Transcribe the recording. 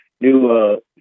new